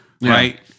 Right